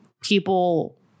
people